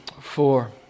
four